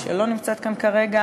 אבקסיס, שלא נמצאת כאן כרגע,